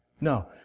No